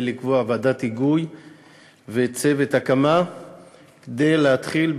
לקבוע ועדת היגוי וצוות הקמה כדי להתחיל,